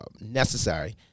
necessary